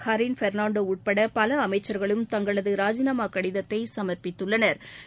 ஹரின் பெர்னாண்டோ உட்பட பல அமைச்சர்களும் தங்களது ராஜினாமா கடிதத்தை சமா்ப்பித்துள்ளனா்